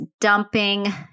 dumping